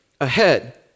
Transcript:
ahead